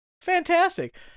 fantastic